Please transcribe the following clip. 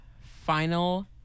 final